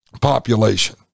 population